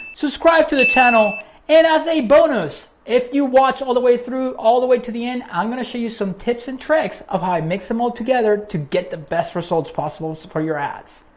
subscribe to the channel and as a bonus, if you watch all the way through, all the way to the end, i'm gonna show you some tips and tricks of how i mix them all together to get the best results possible for your ads.